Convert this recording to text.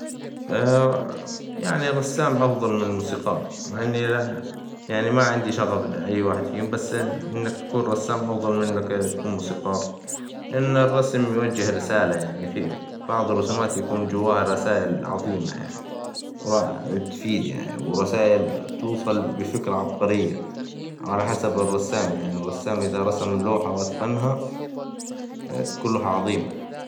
يعني رسام أفظل من موسيقار، مع إني ما عندي أي شغف لأي واحد فيهم بس إنك تكون رسام، أفظل من إنك تكون موسيقار، لإن الرسم يوجه رسالة يعني، في بعظ الرسومات يكون جواها رسائل عظيمة يعني، ورا- تفيد يعني، ورسائل توصل بفكرة عبقرية، على حسب الرسام يعني، الرسام إذا رسم لوحة واتقنها، تكون لوحة عظيمة.